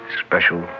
special